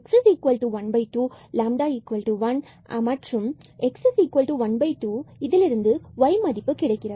x12 λ1மற்றும் x 12 ஆக இருப்பதனால் இதிலிருந்து y கிடைக்கிறது